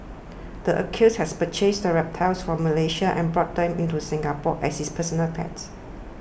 the accused has purchased the reptiles from Malaysia and brought them into Singapore as his personal pets